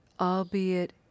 albeit